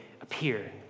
appear